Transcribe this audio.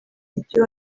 ibyo